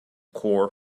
core